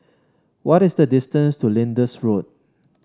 what is the distance to Lyndhurst Road